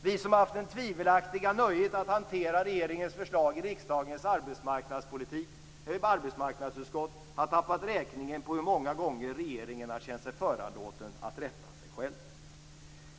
Vi som haft det tvivelaktiga nöjet att hantera regeringens förslag i riksdagens arbetsmarknadsutskott har tappat räkningen på hur många gånger regeringen har känt sig föranlåten att rätta sig själv.